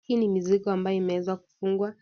Hii ni mizigo ambayo imeweza kufungwa